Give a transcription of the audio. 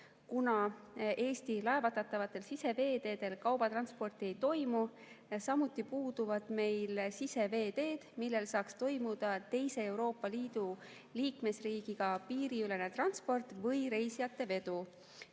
kuna Eesti laevatatavatel siseveeteedel kaubatransporti ei toimu. Samuti puuduvad meil siseveeteed, millel saaks toimuda teise Euroopa Liidu liikmesriigiga piiriülene transport või reisijatevedu.